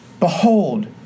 Behold